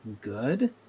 good